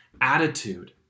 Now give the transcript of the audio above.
attitude